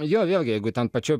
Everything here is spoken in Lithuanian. jo vėlgi jeigu ten pačioj